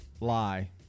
lie